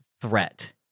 threat